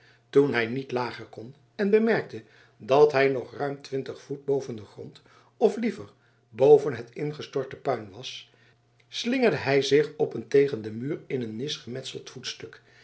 toen hij niet lager kon en bemerkte dat hij nog ruim twintig voet boven den grond of liever boven het ingestorte puin was slingerde hij zich op een tegen den muur in een nis gemetseld voetstuk